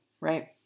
Right